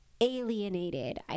alienated